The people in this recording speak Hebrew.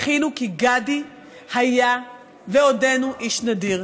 בכינו, כי גדי היה ועודנו איש נדיר.